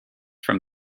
from